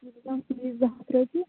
زٕ ہَتھ رۄپیہِ